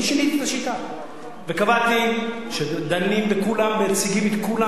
אני שיניתי את השיטה וקבעתי שדנים בכולם ומציגים את כולם,